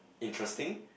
interesting